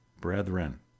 brethren